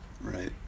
Right